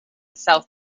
south